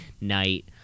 night